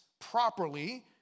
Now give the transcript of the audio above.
properly